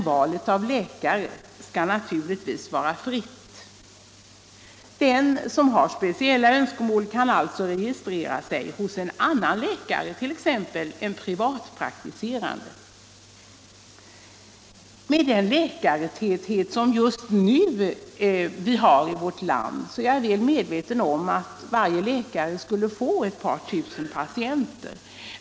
Valet av läkare skall emellertid vara fritt. En som har speciella önskemål kan alltså registrera sig hos en annan läkare, t.ex. en privatpraktiserande läkare. Jag är väl medveten om att med den läkartäthet som vi har just nu i vårt land skulle varje läkare få ett par tusen patienter.